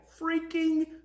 freaking